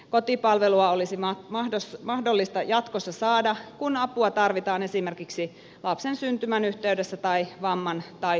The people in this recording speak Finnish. kotipalvelua olisi mahdollista jatkossa saada kun apua tarvitaan esimerkiksi lapsen syntymän yhteydessä tai vamman tai sairauden vuoksi